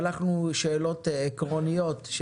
שלחנו שאלות עקרוניות,